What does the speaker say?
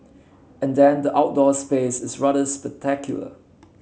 and then the outdoor space is rather spectacular